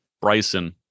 Bryson